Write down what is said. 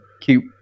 cute